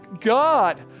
God